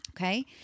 Okay